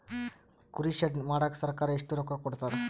ಕುರಿ ಶೆಡ್ ಮಾಡಕ ಸರ್ಕಾರ ಎಷ್ಟು ರೊಕ್ಕ ಕೊಡ್ತಾರ?